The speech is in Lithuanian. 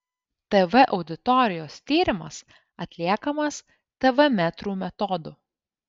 tv auditorijos tyrimas atliekamas tv metrų metodu